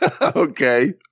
Okay